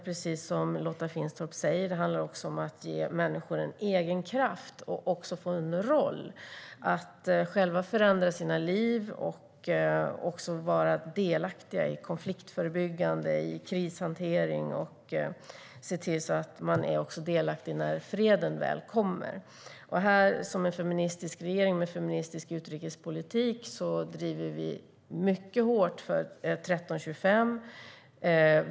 Precis som Lotta Finstorp säger handlar det också om att ge människor en egen kraft att själva förändra sina liv, vara delaktiga i konfliktförebyggande arbete och krishantering och se till att de är delaktiga när freden väl kommer. Som en feministisk regering med en feministisk utrikespolitik driver vi 1325 mycket hårt.